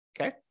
Okay